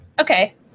Okay